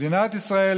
מדינת ישראל,